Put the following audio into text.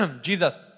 Jesus